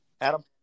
Adam